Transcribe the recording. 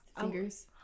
fingers